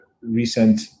recent